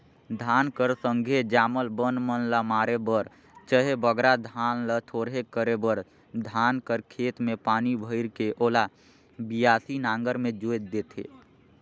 धान कर संघे जामल बन मन ल मारे बर चहे बगरा धान ल थोरहे करे बर धान कर खेत मे पानी भइर के ओला बियासी नांगर मे जोएत देथे